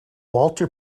walter